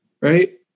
right